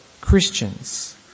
Christians